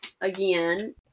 again